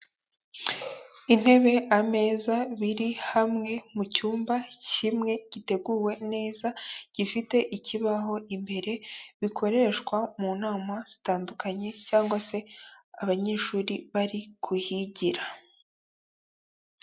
Intebe, ameza biri hamwe mu cyumba kimwe giteguwe neza, gifite ikibaho imbere, bikoreshwa mu nama zitandukanye cyangwa se abanyeshuri bari kuhigira.